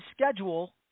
schedule